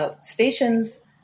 stations